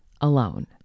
alone